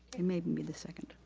they may even be the second.